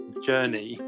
journey